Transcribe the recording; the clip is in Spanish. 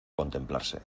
contemplarse